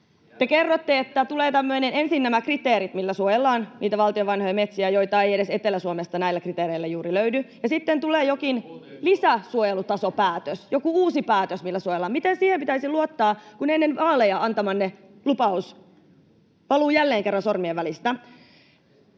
Te kerroitte, että ensin tulevat nämä kriteerit, millä suojellaan niitä valtion vanhoja metsiä, joita ei edes Etelä-Suomesta näillä kriteereillä juuri löydy, ja sitten tulee jokin lisäsuojelutasopäätös, joku uusi päätös, millä suojellaan. Miten siihen pitäisi luottaa, kun ennen vaaleja antamanne lupaus valuu jälleen kerran sormien välistä?